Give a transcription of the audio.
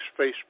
Facebook